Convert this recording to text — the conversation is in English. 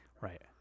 right